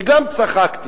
וגם אני צחקתי,